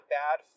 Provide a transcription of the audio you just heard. bad